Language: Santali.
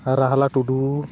ᱨᱟᱦᱞᱟ ᱴᱩᱰᱩ